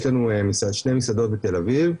יש לנו שתי מסעדות בתל אביב,